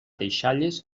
deixalles